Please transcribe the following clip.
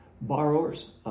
borrowers